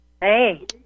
Hey